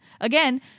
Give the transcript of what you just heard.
again